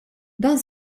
dan